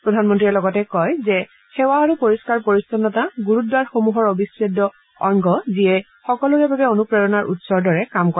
প্ৰধানমন্ত্ৰীয়ে লগতে কয় যে সেৱা আৰু পৰিষ্ণাৰ পৰিচ্ছন্নতা গুৰুদ্বাৰাসমূহৰ অবিচ্ছেদ্য অংগ যিয়ে সকলোৰে বাবে অনুপ্ৰেৰণাৰ উৎসৰ দৰে কাম কৰে